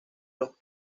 los